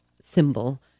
symbol